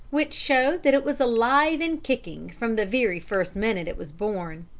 which showed that it was alive and kicking from the very first minute it was born.